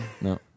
No